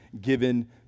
given